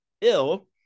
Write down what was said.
ill